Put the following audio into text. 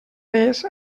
més